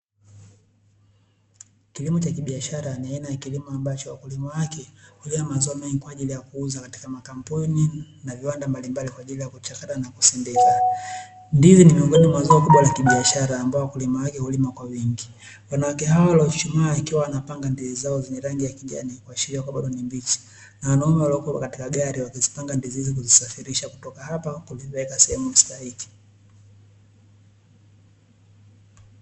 Kilimo cha kibiashara ni aina ya kilimo ambacho wakulima wake hulima mazao mengi kwa ajiri ya kuuza katika makampini na viwanda mbalimbali kwa ajiri ya kuchakata na kusindika, ndizi ni moja ya zao kubwa la kibiashara ambapo wakulima wake hulima kwa wingi, wanawake hawa ikiwa wanapanga ndizi zao zenye langi ya kijani kuashilia kwamba bado ni mbichi na wanaume waliko katika gari wakizipanga ndizi hizo kuzisafilisha kutoka hapa kuzipeleka sehemu stahiki.